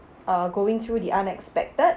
uh going through the unexpected